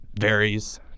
varies